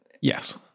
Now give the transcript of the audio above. Yes